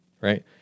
right